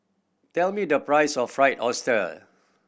tell me the price of Fried Oyster